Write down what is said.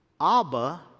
Abba